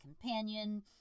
companion